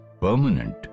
permanent